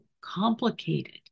complicated